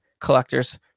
collectors